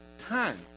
time